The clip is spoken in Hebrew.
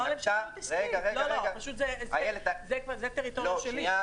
זה כבר טריטוריה שלי.